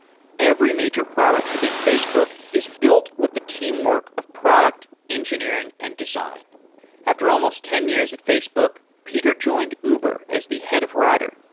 every major product within facebook is built with the teamwork of product engineering and design after almost ten years at facebook, peter joined uber as the head of rider.